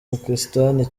pakistani